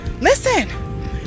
Listen